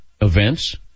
events